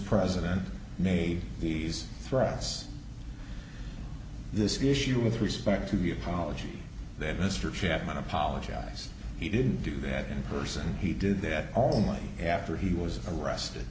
president made the these threats this issue with respect to the apology that mr chapman apologize he didn't do that in person he did that only after he was arrested